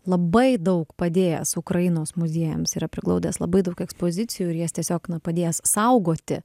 labai daug padėjęs ukrainos muziejams yra priglaudęs labai daug ekspozicijų ir jas tiesiog na padėjęs saugoti